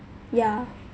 yeah